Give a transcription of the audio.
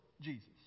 Jesus